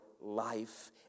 life